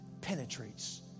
penetrates